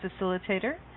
Facilitator